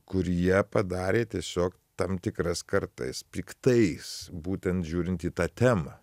kur jie padarė tiesiog tam tikras kartais piktais būtent žiūrint į tą temą